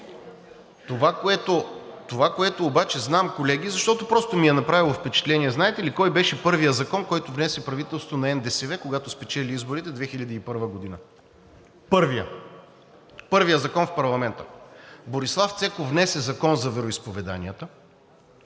Това, което обаче знам, колеги, защото ми е направило впечатление. Знаете ли кой беше първият закон, който внесе правителството на НДСВ, когато спечели изборите 2001 г.? Първият закон в парламента?! Борислав Цеков внесе Закон за вероизповеданията,